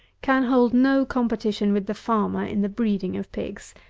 can hold no competition with the farmer in the breeding of pigs,